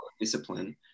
discipline